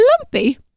Lumpy